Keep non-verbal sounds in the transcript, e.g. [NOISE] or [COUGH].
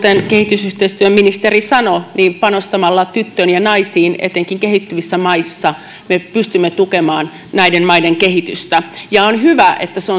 kehitysyhteistyöministeri sanoi panostamalla tyttöihin ja naisiin etenkin kehittyvissä maissa me pystymme tukemaan näiden maiden kehitystä ja on hyvä että se [UNINTELLIGIBLE]